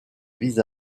vis